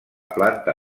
planta